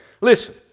Listen